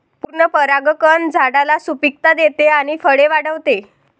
पूर्ण परागकण झाडाला सुपिकता देते आणि फळे वाढवते